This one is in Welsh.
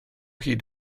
hyd